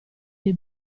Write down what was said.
dei